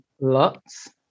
lots